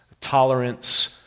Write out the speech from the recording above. Tolerance